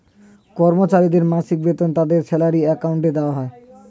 কর্মচারীদের মাসিক বেতন তাদের স্যালারি অ্যাকাউন্টে দেওয়া হয়